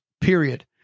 period